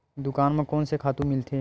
दुकान म कोन से खातु मिलथे?